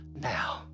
now